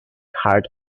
heart